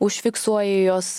užfiksuoji juos